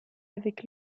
avec